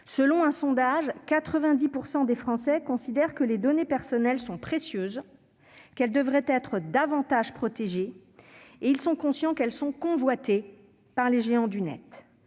Selon un sondage, 90 % des Français considèrent que les données personnelles sont précieuses et qu'elles devraient être davantage protégées. Ils sont aussi conscients qu'elles sont convoitées par les géants du Net.